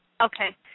Okay